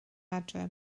adre